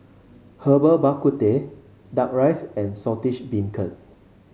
Herbal Bak Ku Teh duck rice and Saltish Beancurd